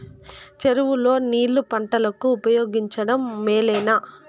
చెరువు లో నీళ్లు పంటలకు ఉపయోగించడం మేలేనా?